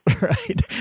Right